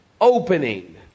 opening